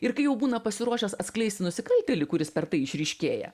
ir kai jau būna pasiruošęs atskleisti nusikaltėlį kuris per tai išryškėja